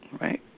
right